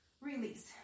release